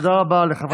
תודה רבה לחברת הכנסת,